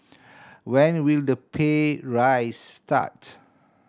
when will the pay raise start